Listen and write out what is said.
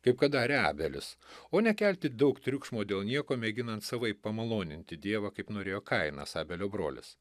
taip kad darė abelis o ne kelti daug triukšmo dėl nieko mėginant savaip pamaloninti dievą kaip norėjo kainas abelio brolis